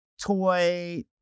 toy